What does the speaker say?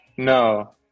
No